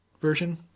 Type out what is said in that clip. version